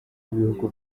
b’ibihugu